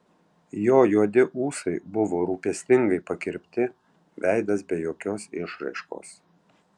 jo juodi ūsai buvo rūpestingai pakirpti veidas be jokios išraiškos